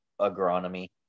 agronomy